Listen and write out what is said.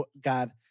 God